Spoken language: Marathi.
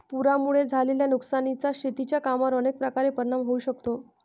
पुरामुळे झालेल्या नुकसानीचा शेतीच्या कामांवर अनेक प्रकारे परिणाम होऊ शकतो